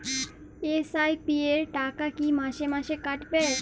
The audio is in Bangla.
এস.আই.পি র টাকা কী মাসে মাসে কাটবে?